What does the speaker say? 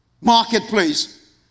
marketplace